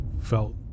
felt